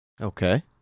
Okay